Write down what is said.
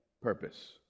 purpose